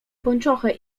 pończochę